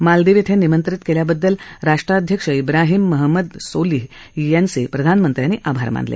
मालदीव श्वें निमंत्रित केल्याबद्दल राष्ट्राध्यक्ष ब्राहिम महम्मद सोलिह यांचे प्रधानमंत्र्यांनी आभार मानले